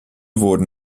wurden